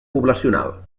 poblacional